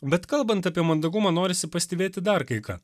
bet kalbant apie mandagumą norisi pastebėti dar kai ką